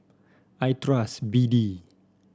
I trust B D